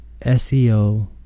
SEO